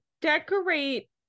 decorate